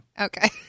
Okay